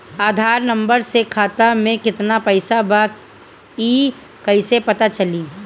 आधार number से खाता में केतना पईसा बा ई क्ईसे पता चलि?